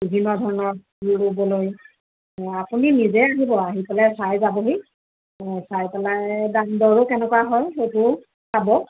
বিভিন্ন ধৰণৰ ফুল ৰুবলৈ আপুনি নিজে আহিব আহি পেলাই চাই যাবহি চাই পেলাই দাম দৰো কেনেকুৱা হয় সেইটোও চাব